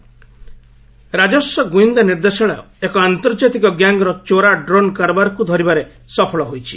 DRI drones ରାଜସ୍ପ ଗୁଇନ୍ଦା ନିର୍ଦ୍ଦେଶାଳୟ ଏକ ଆନ୍ତର୍ଜାତିକ ଗ୍ୟାଙ୍ଗ୍ର ଚୋରା ଡ୍ରୋନ୍ କାରବାରକୁ ଧରିବାରେ ସଫଳ ହୋଇଛି